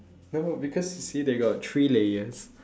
no because you see they got three layers